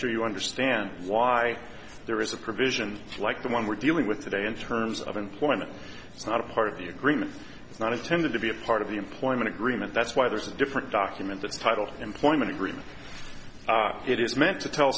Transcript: sure you understand why there is a provision like the one we're dealing with today in terms of employment it's not a part of the agreement it's not intended to be a part of the employment agreement that's why there's a different document it's titled employment agreement it is meant to tell